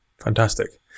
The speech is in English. Fantastic